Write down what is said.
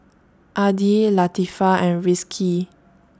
Adi Latifa and Rizqi